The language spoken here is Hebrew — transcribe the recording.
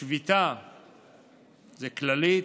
שביתה כללית,